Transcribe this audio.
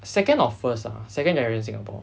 second or first ah second generation singapore